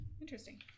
Interesting